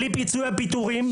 בלי פיצוי על פיטורים,